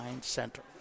center